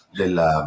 della